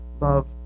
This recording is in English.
love